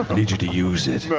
but need you to use it. but